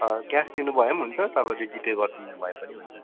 cash दिनुभए पनि हुन्छ तपाईँले जि पे गरिदिनु भए पनि हुन्छ